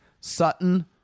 Sutton